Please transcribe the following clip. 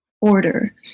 order